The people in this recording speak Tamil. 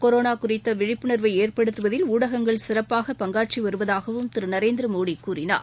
கொரோனா குறித்த விழிப்புணர்வை ஏற்படுத்துவதில் ஊடகங்கள் சிறப்பாக பங்காற்றி வருவதாகவும் திரு நரேந்திர மோடி கூறினார்